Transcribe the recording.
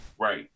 Right